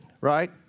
right